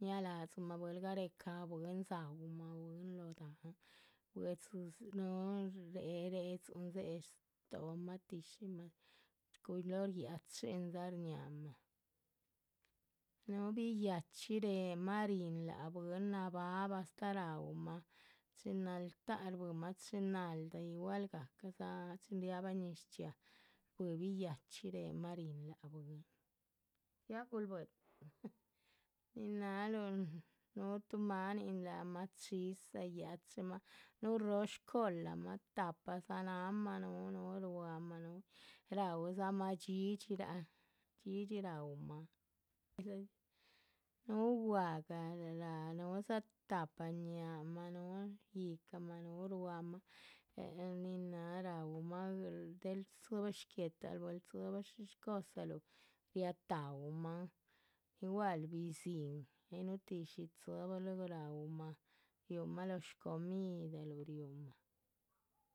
ñáladzimah buehel garecaha bwín. gaúmah bwín, lóho dáhan, bwe´dzi núhu, réhe rehedzin réhe stóhomah tíshimah culor yachindza shñahamah, núhu biyhachí réhemah ríhin láha bwín, nabahbah. astáh raúmah, chin naltáha rbuihimah chin naldah yigual gahca, dzá chin riábah ñiz chxiaa, shbuihi biyhachí réhema ríhin bwín, ya ngulbwe´ta, nin náhaluh. núhu tuh máanin laha chíza, yachimah núhul roho shcolahmah, tahpadza nahamah núhu ruámah, núhu raudzamah dhxídhxiraa, dhxídhxi raúmah, núhu gwahga,. núhudza tahpa ñáahamah núhu yíhcamah, núhu ruámah, eheh nin náhaluh raumah del tzibah shguéhtal buehl tzibah shish shcosaluh. riátauhmahn, igual bizín ay núhu tih shí tzibah luegu raumahn riumah lóho shcomidaluh riumah